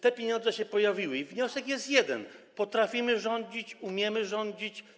Te pieniądze się pojawiły, więc wniosek jest jeden: potrafimy rządzić, umiemy rządzić.